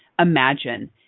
Imagine